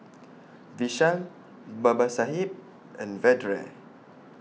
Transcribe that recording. Vishal Babasaheb and Vedre